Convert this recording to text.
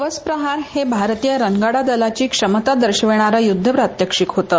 कवच प्रहार हे भारतीय रणगाडा दलाची क्षमता दर्शविणारं युद्ध प्रात्यक्षिक होतं